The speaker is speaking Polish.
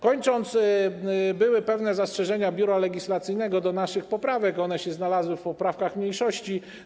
Kończąc - były pewne zastrzeżenia Biura Legislacyjnego do naszych poprawek, one znalazły się wśród poprawek mniejszości.